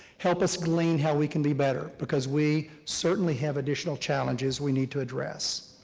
help explain how we can be better, because we certainly have additional challenges we need to address.